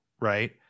right